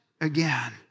again